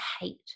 hate